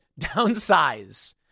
downsize